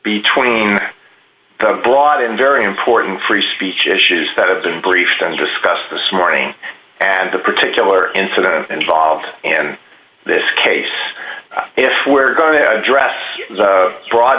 between the broad and very important free speech issues that have been briefed and discuss this morning and the particular incident involved in this case if we're going to address the broad